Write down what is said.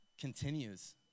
continues